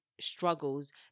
struggles